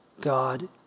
God